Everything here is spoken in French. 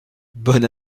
bonne